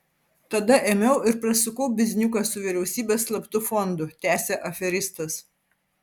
tada ėmiau ir prasukau bizniuką su vyriausybės slaptu fondu tęsė aferistas